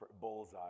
bullseye